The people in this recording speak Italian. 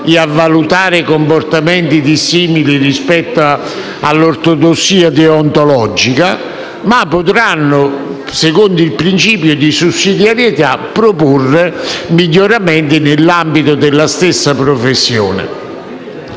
e a valutare i comportamenti difformi rispetto all'ortodossia deontologica, ma potranno, secondo il principio di sussidiarietà, proporre miglioramenti nell'ambito della stessa professione.